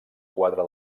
quatre